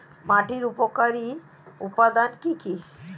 মাটির উপকারী উপাদান কি কি?